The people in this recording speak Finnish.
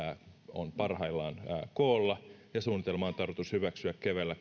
on parhaillaan koolla ja suunnitelma on tarkoitus hyväksyä keväällä